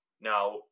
now